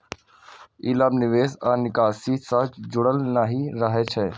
ई लाभ निवेश आ निकासी सं जुड़ल नहि रहै छै